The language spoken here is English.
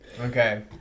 Okay